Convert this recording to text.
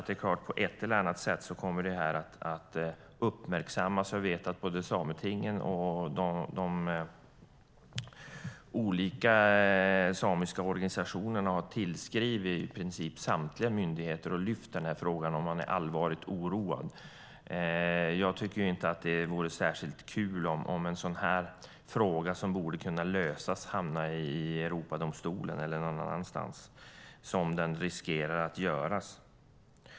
Det är klart att det här kommer att uppmärksammas på ett eller annat sätt. Jag vet att både Sametinget och de olika samiska organisationerna har tillskrivit i princip samtliga myndigheter och lyft den här frågan och att de är allvarligt oroade. Jag tycker inte att det vore särskilt kul om en sådan här fråga, som borde kunna lösas, hamnar i Europadomstolen eller någon annanstans, vilket den riskerar att göra.